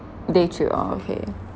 day two oh okay